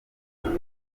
cyane